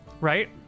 right